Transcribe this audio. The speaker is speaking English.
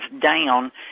down